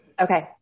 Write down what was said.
Okay